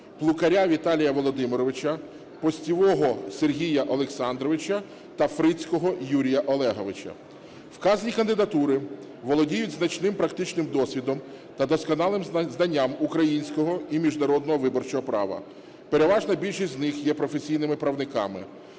Плукаря Віталія Володимировича, Постівого Сергія Олександровича та Фрицького Юрія Олеговича. Вказані кандидатури володіють значним практичним досвідом та досконалим знанням українського і міжнародного виборчого права. Переважна більшість з них є професійними правниками.